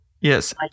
Yes